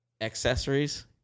accessories